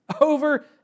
Over